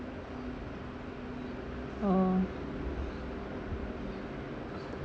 oh